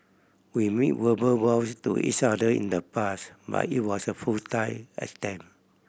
we made verbal vows to each other in the past but it was a futile attempt